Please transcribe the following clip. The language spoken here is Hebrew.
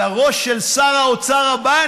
על הראש של שר האוצר הבא,